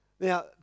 Now